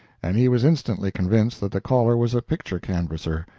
and he was instantly convinced that the caller was a picture-canvasser.